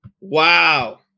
Wow